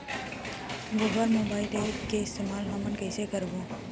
वोकर mobile app के इस्तेमाल हमन कइसे करबो?